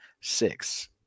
six